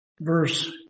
Verse